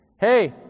Hey